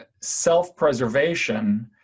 self-preservation